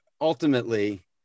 ultimately –